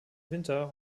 winter